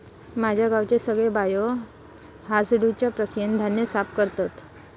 माझ्या गावचे सगळे बायो हासडुच्या प्रक्रियेन धान्य साफ करतत